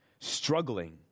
struggling